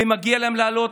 ומגיע להם לעלות,